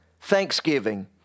Thanksgiving